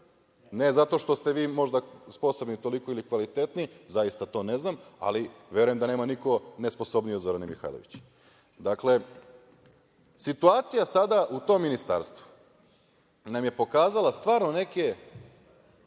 ne zato što ste vi, možda, sposobni toliko ili kvalitetni, zaista to ne znam, ali verujem da nema niko nesposobniji od Zorane Mihajlović. Dakle, situacija sada u tom ministarstvu nam je pokazala stvarno neke